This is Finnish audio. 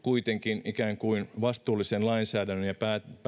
kuitenkin ikään kuin vastuullisen lainsäädännön ja